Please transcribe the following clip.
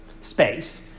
space